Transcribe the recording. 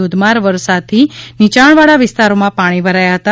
ધોધમાર વરસાદથી નીચાણવાળા વિસ્તારોમાં પાણી ભરાયા હતા